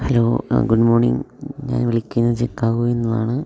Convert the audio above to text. hello ആ good morning ഞാൻ വിളിക്കുന്നത് ചിക്കാഗോയിൽ നിന്നാണ്